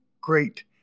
great